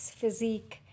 physique